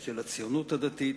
של הציונות הדתית,